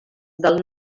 del